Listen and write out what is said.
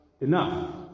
enough